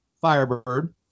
firebird